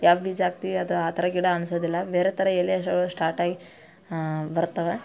ಯಾವ ಬೀಜ ಹಾಕ್ತಿವಿ ಅದು ಆ ಥರ ಗಿಡ ಅನಿಸೋದಿಲ್ಲ ಬೇರೆ ಥರ ಎಲೆ ಸ್ಟಾರ್ಟ್ ಆಗಿ ಬರ್ತವೆ